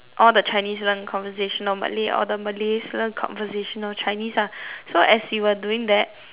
all the chinese learn conversational malay all the malays learn conversational chinese lah so as we were doing that